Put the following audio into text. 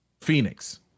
Phoenix